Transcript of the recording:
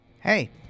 hey